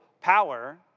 power